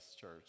church